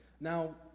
Now